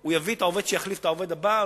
הוא יביא את העובד שיחליף את העובד הבא,